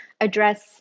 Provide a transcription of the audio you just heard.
address